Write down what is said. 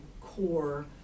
core